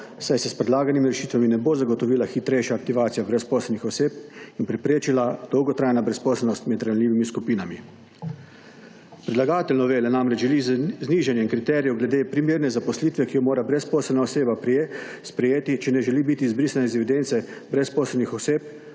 saj se s predlaganimi rešitvami ne bo zagotovila hitrejša aktivacija brezposelnih oseb in preprečila dolgotrajna brezposelnost med ranljivimi skupinami. Predlagatelj novele namreč želi z znižanjem kriterijev glede primerne zaposlitve, ki jo mora brezposelna oseba sprejeti, če ne želi biti izbrisana iz evidence brezposelnih oseb,